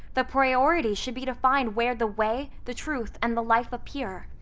the priority should be to find where the way, the truth, and the life appear,